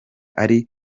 ari